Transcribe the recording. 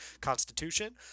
constitution